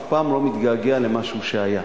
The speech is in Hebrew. אף פעם לא מתגעגע למשהו שהיה,